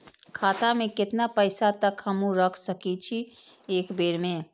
खाता में केतना पैसा तक हमू रख सकी छी एक बेर में?